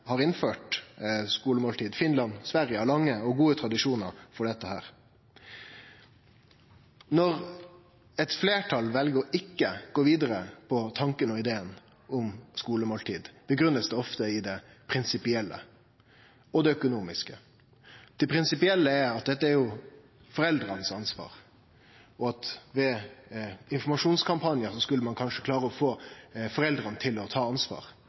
har innført skulemåltid. Finland og Sverige har lange og gode tradisjonar for dette. Når eit fleirtal vel ikkje å gå vidare med tanken og ideen om skulemåltid, blir det ofte grunngitt i det prinsipielle og det økonomiske. Det prinsipielle er at dette er foreldra sitt ansvar, og at ein ved informasjonskampanjar kanskje kunne få foreldra til å ta ansvar.